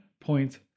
point